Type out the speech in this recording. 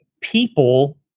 people